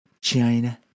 China